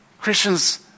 Christians